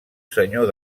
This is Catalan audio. senyor